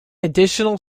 additional